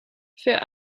für